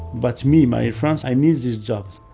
but me, marie france, i need these jobs.